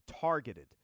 targeted